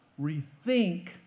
Rethink